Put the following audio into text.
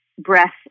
breath